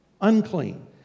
unclean